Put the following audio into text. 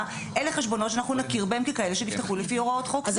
אלה חשבונות שאנחנו נכיר בהם ככאלה שנפתחו לפי הוראות חוק זה.